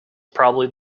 probably